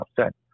upset